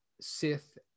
sith